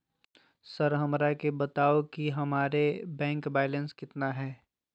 Sir हमरा के बताओ कि हमारे बैंक बैलेंस कितना है?